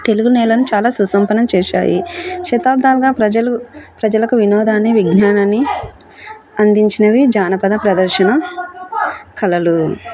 తెలుగు నేలను చాలా సుసంపనం చేశాయి శతాబ్దాలుగా ప్రజలు ప్రజలకు వినోదాన్ని విజ్ఞానాన్ని అందించినవి జానపద ప్రదర్శన కళలు